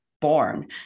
born